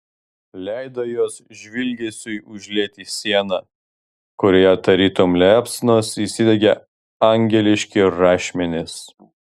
leido jos žvilgesiui užlieti sieną kurioje tarytum liepsnos įsidegė angeliški rašmenys